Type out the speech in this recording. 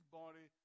body